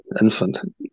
infant